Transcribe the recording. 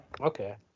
Okay